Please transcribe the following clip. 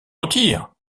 retire